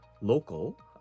local